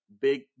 big